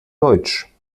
deutsch